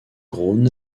grown